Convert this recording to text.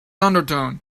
undertone